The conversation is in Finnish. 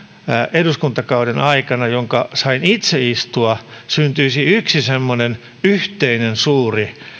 eduskuntakauden aikana jonka sain itse istua syntyisi yksi yhteinen suuri